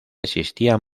existían